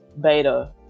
beta